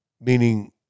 meaning